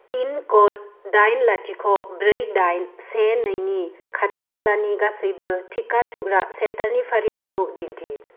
pin code दाइन लाथिख' ब्रै दाइन से नैनि खाथि खालानि गासैबो टिका थुग्रा सेन्टारनि फारिलाइखौ दिन्थि